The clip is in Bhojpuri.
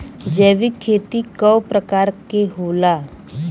जैविक खेती कव प्रकार के होला?